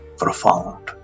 profound